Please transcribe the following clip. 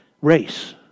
race